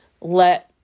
let